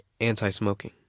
anti-smoking